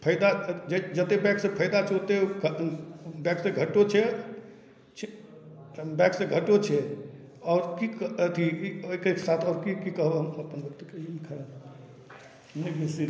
फाइदा जतेक बाइकसँ फाइदा छै ओतेक बाइकसँ घाटो छै बाइकसँ घाटो छै छै बाइकसँ घाटो छै आओर कि अथी एहिके साथ आओर कि कि कहब हम अपन गप नहि बुझि सकै